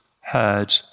heard